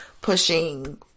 pushing